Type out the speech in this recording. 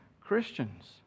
Christians